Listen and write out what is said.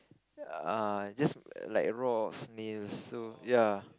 err just like raw snails so ya